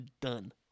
done